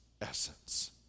essence